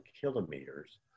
kilometers